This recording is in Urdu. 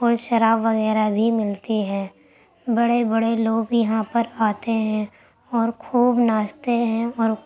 اور شراب وغیرہ بھی ملتی ہے بڑے بڑے لوگ یہاں پر آتے ہیں اور خوب ناچتے ہیں اور